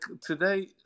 today